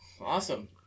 awesome